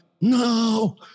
No